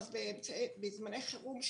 בזמני חירום,